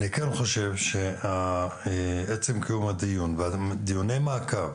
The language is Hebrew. אני חושב שקיום הדיון ודיוני מעקב